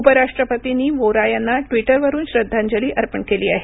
उपराष्ट्रपतींनी व्होरा यांना ट्विटरवरून श्रद्धांजली अर्पण केली आहे